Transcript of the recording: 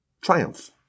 triumph